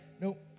nope